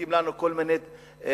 ומדביקים לנו כל מיני סטיגמות.